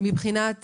מבחינת